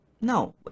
no